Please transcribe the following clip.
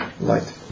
light